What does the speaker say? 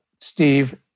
steve